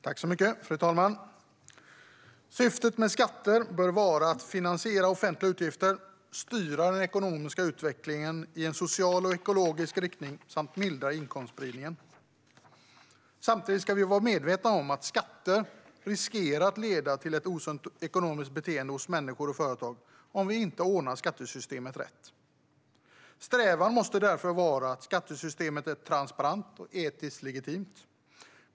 Fru talman! Syftet med skatter bör vara att finansiera offentliga utgifter, styra den ekonomiska utvecklingen i en social och ekologisk riktning samt mildra inkomstspridningen. Samtidigt ska vi vara medvetna om att det finns risk att skatter leder till ett osunt ekonomiskt beteende hos människor och företag om vi inte ordnar skattesystemet rätt. Strävan måste därför vara att skattesystemet är transparent och etiskt legitimt.